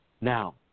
Now